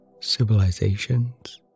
civilizations